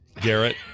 Garrett